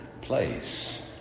place